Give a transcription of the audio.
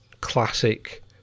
Classic